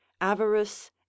avarice